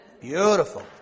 Beautiful